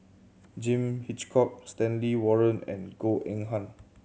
John Hitchcock Stanley Warren and Goh Eng Han